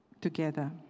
together